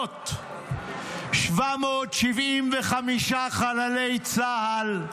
775 חללי צה"ל,